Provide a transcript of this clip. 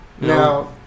now